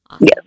Yes